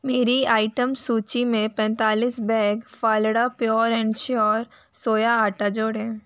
मेरी आइटम सूची में पैंतालीस बैग फलडा प्योर एँड श्योर सोया आटा जोड़ें